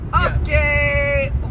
Okay